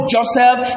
Joseph